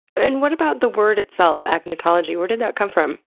and what about the word itself, agnotology? where did that come from?